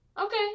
Okay